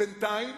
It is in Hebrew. בינתיים